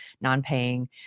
non-paying